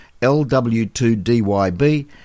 LW2DYB